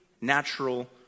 natural